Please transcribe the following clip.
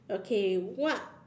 okay what